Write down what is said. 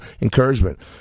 encouragement